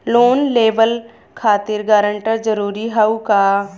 Loan लेवब खातिर guarantor जरूरी हाउ का?